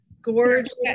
gorgeous